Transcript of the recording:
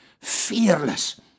Fearless